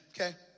okay